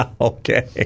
Okay